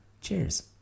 cheers